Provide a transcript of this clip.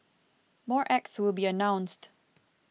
more acts will be announced